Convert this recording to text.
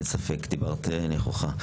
אין ספק, דיברת נכוחה.